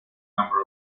number